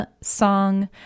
Song